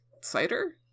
cider